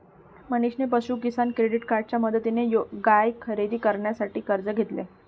मनीषने पशु किसान क्रेडिट कार्डच्या मदतीने गाय खरेदी करण्यासाठी कर्ज घेतले